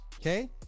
okay